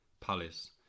Palace